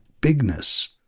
bigness